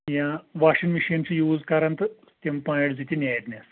یا washing machine چھِ use کران تہٕ تِم پوٚیِنٹ زٕ تہِ نیرنس